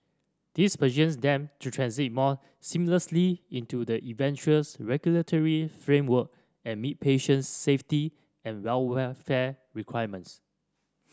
this them to transit more seamlessly into the eventual regulatory framework and meet patient safety and welfare requirements